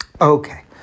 Okay